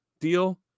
deal